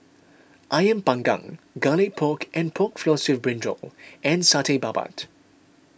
Ayam Panggang Garlic Pork and Pork Floss with Brinjal and Satay Babat